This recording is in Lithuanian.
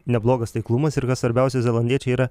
neblogas taiklumas ir kas svarbiausia zelandiečiai yra